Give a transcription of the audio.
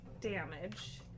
damage